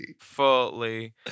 Fully